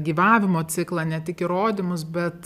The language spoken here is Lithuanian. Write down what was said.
gyvavimo ciklą ne tik įrodymus bet